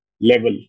level